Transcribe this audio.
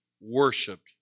worshipped